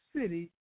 city